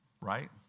right